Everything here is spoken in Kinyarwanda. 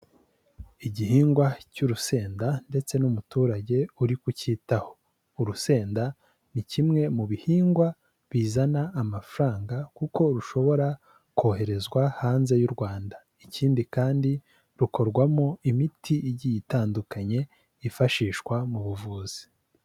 Igihingwa cy'urusenda ndetse n'umuturage uri kucyitaho. Urusenda ni kimwe mu bihingwa bizana amafaranga kuko rushobora koherezwa hanze y'u Rwanda. Ikindi kandi rukorwamo imiti igiye itandukanye yifashishwa mu buvuzi.